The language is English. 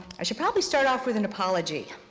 i should probably start off with an apology.